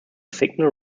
signal